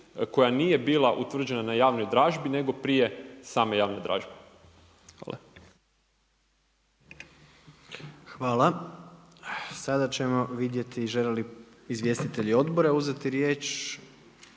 koja nije bila utvrđena na javnoj dražbi nego prije same javne dražbe. Hvala. **Jandroković, Gordan (HDZ)** Hvala. Sada ćemo vidjeti žele li izvjestitelji odbora uzeti riječ?